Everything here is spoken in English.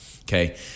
okay